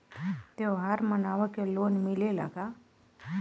त्योहार मनावे के लोन मिलेला का?